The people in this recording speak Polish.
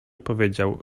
powiedział